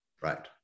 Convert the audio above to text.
Right